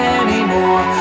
anymore